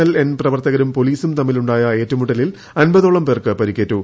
L N പ്രവർത്തകരും പൊലീസും തമ്മിലുണ്ടായ ഏറ്റുമുട്ടലിൽ അമ്പതോളം പേർക്ക് പരിക്കേറ്റു